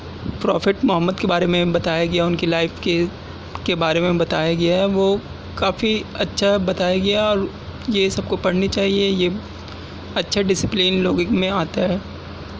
prophet Muhammad کے بارے بتایا گیا ان کی لائف کے کے بارے میں بتایا گیا ہے وہ کافی اچھا بتایا گیا اور یہ سب کو پڑھنی چاہیے یہ اچھا ڈسپلن لوگوں میں آتا ہے